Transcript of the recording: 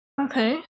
Okay